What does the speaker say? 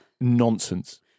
nonsense